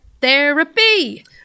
therapy